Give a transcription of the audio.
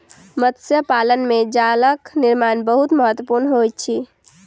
मत्स्य पालन में जालक निर्माण बहुत महत्वपूर्ण होइत अछि